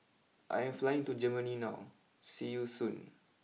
I am flying to Germany now see you Soon